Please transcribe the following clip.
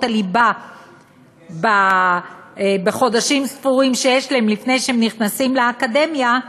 הליבה בחודשים הספורים שיש להם לפני שהם נכנסים לאקדמיה,